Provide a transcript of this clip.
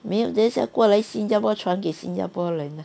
没有等一下过来新加坡传给新加坡人 ah